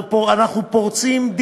ואני אגיד לכם,